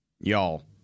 Y'all